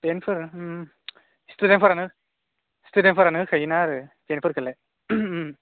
पेनफोर स्टुदेन्टफोरानो स्टुदेन्टफोरानो होखायोना आरो पेनफोरखौलाय